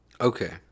Okay